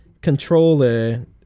controller